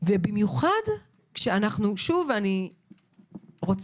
במיוחד כשאני רוצה